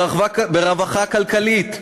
ברווחה כלכלית,